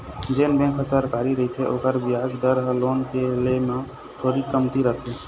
जेन बेंक ह सरकारी रहिथे ओखर बियाज दर ह लोन के ले म थोरीक कमती रथे